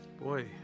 Boy